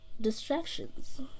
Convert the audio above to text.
distractions